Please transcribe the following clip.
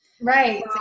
Right